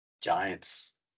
Giants